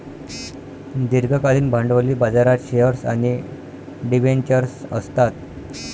दीर्घकालीन भांडवली बाजारात शेअर्स आणि डिबेंचर्स असतात